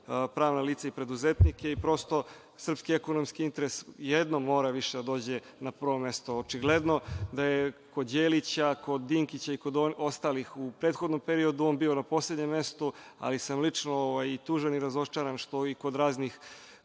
pravna lica i preduzetnike. Prosto srpski ekonomski interes jednom mora da dođe na prvo mesto. Očigledno da je kod Đelića, Dinkića i kod ostalih u prethodnom periodu on bio na poslednjem mestu, ali sam lično tužan i razočaran što i kod raznih